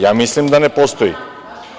Ja mislim da ne postoji.